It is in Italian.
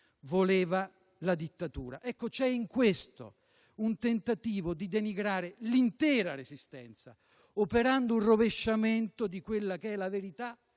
voleva la dittatura. C'è in questo un tentativo di denigrare l'intera Resistenza, operando un rovesciamento della verità